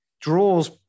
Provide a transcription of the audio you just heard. draws